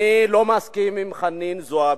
אני לא מסכים עם חנין זועבי.